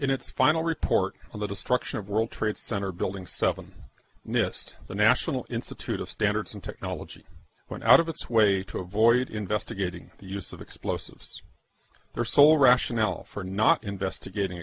in its final report of the destruction of world trade center building seven missed the national institute of standards and technology went out of its way to avoid investigating the use of explosives or sole rationale for not investigating